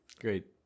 Great